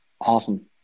Awesome